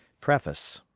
preface.